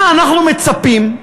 למה אנחנו מצפים,